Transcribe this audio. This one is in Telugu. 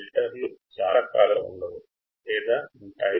ఫిల్టర్లు అనేక రకాలుగా ఉంటాయి